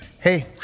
Hey